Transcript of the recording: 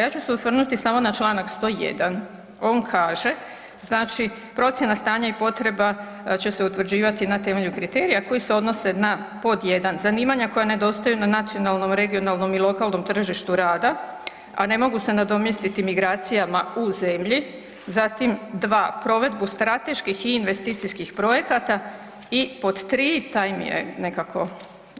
Ja ću se osvrnuti samo na čl. 101. on kaže „procjena stanja i potreba će se utvrđivati na temelju kriterija koji se odnose na 1. zanimanja koja nedostaju na nacionalnom, regionalnom i lokalnom tržištu rada, a ne mogu se nadomjestiti migracijama u zemlji, 2. provedbu strateških i investicijskih projekta i pod 3.“, taj mi je nekako